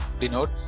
denote